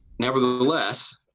Nevertheless